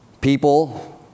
People